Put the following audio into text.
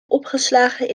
opgeslagen